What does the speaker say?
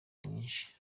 nyinshi